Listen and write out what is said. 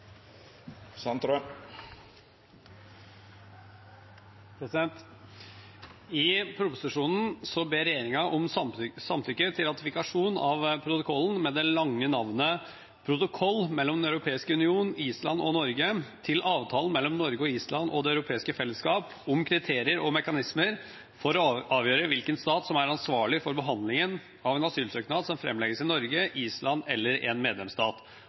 3 minutt. I proposisjonen ber regjeringen om samtykke til ratifikasjon av protokollen med det lange navnet «Protokoll mellom Den europeiske union , Island og Norge til Avtalen mellom Norge og Island og Det europeiske fellesskap om kriterier og mekanismer for å avgjøre hvilken stat som er ansvarlig for behandlingen av en asylsøknad som fremlegges i Norge, Island eller en medlemsstat,